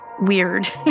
weird